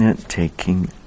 taking